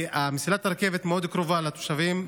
כי מסילת הרכבת מאוד קרובה לתושבים,